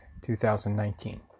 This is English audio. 2019